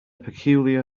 peculiar